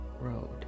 road